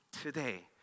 today